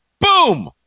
boom